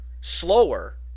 slower